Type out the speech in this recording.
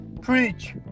Preach